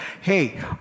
hey